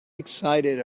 excited